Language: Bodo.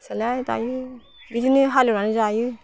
फिसालाया दायो बिदिनो हालेवनानै जायो